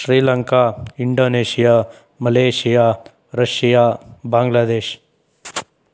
Sri Lanka Indonesia Malaysia Russia Bangladesh